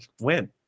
win